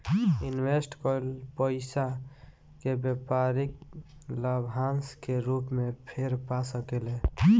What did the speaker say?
invest कईल पइसा के व्यापारी लाभांश के रूप में फेर पा सकेले